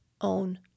own